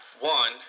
One